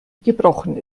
gebrochen